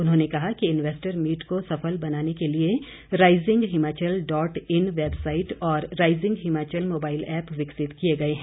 उन्होंने कहा कि इंवेस्टर मीट को सफल बनाने के लिए rising Himachal dot in website और राईजिंग हिमाचल मोबाईल ऐप विकसित किए गए हैं